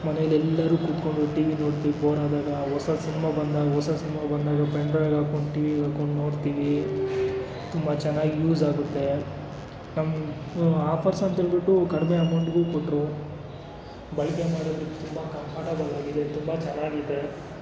ಮನೇಲಿ ಎಲ್ಲರೂ ಕೂತ್ಕೊಂಡು ಟಿವಿ ನೋಡ್ತೀವಿ ಬೋರ್ ಆದಾಗ ಹೊಸ ಸಿನಿಮಾ ಬಂದಾಗ ಹೊಸ ಸಿನಿಮಾ ಬಂದಾಗ ಪೆನ್ಡ್ರೈವ್ಗೆ ಹಾಕೊಂಡು ಟಿವಿಗೆ ಹಾಕೊಂಡು ನೋಡ್ತೀವಿ ತುಂಬ ಚೆನ್ನಾಗಿ ಯೂಸ್ ಆಗುತ್ತೆ ನಮ್ಮ ಆಫರ್ಸ್ ಅಂಥೇಳ್ಬಿಟ್ಟು ಕಡಿಮೆ ಅಮೌಂಟ್ಗೂ ಕೊಟ್ಟರು ಬಳಕೆ ಮಾಡೋದು ತುಂಬ ಕಂಫರ್ಟಬಲ್ ಆಗಿದೆ ತುಂಬ ಚೆನ್ನಾಗಿದೆ